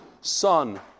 son